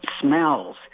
smells